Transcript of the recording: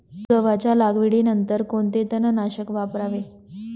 गव्हाच्या लागवडीनंतर कोणते तणनाशक वापरावे?